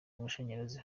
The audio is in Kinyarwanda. amashanyarazi